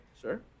Sure